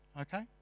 Okay